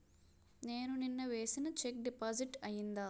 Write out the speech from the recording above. నేను నిన్న వేసిన చెక్ డిపాజిట్ అయిందా?